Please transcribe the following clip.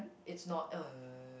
it's not a